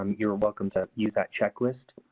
you are welcome to use that checklist.